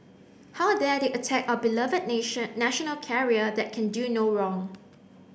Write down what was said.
how dare they attack our beloved nation national carrier that can do no wrong